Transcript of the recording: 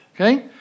Okay